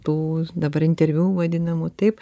tų dabar interviu vadinamų taip